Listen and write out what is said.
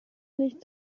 nicht